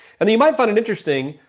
and you might find it interesting,